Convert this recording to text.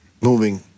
moving